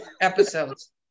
Episodes